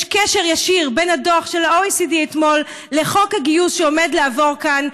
יש קשר ישיר בין הדוח של ה-OECD אתמול לחוק הגיוס שעומד לעבור כאן,